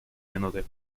минуты